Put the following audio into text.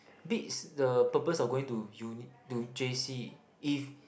bids the purpose of going to uni to j_c if